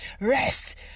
Rest